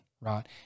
right